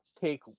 take